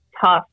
tough